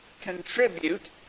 contribute